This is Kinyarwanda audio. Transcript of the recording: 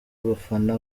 abafana